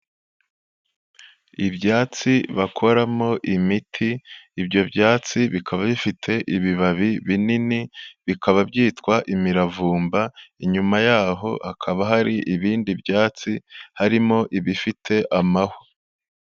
Ibyatsi bakoramo imiti, ibyo byatsi bikaba bifite ibibabi binini, bikaba byitwa imiravumba, inyuma yaho hakaba hari ibindi byatsi, harimo ibifite amahwa.